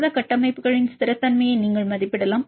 புரத கட்டமைப்புகளின் ஸ்திரத்தன்மையை நீங்கள் மதிப்பிடலாம்